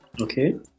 Okay